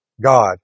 God